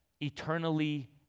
eternally